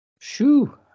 Shoo